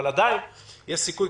אבל עדיין יש סיכוי,